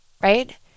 right